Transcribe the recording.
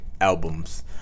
albums